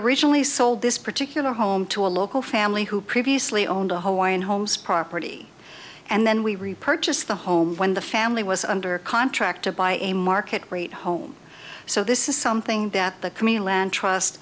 originally sold this particular home to a local family who previously owned a hole in holmes property and then we repurchased the home when the family was under contract to buy a market rate home so this is something that the